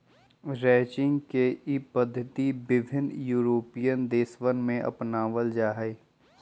ranching के ई पद्धति विभिन्न यूरोपीयन देशवन में अपनावल जाहई